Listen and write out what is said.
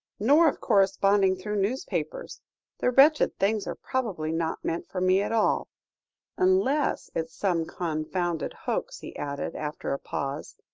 nor of corresponding through newspapers the wretched things are probably not meant for me at all unless it's some confounded hoax, he added, after a pause,